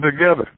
together